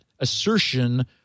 assertion